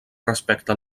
respecte